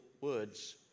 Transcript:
words